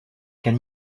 qu’un